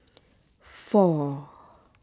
four